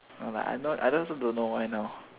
no but I not I then also don't know why now